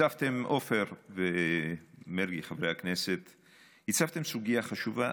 הצפתם, חברי הכנסת עופר ומרגי, סוגיה חשובה.